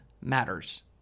matters